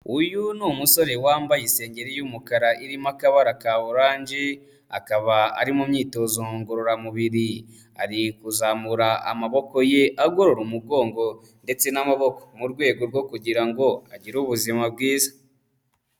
Uyu ni umusore wambaye isengeri y'umukara irimo akabara ka oranje, akaba ari mu myitozo ngororamubiri, ari kuzamura amaboko ye agorora umugongo ndetse n'amaboko, mu rwego rwo kugira ngo agire ubuzima bwiza.